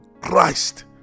Christ